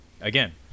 again